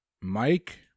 Mike